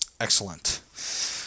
Excellent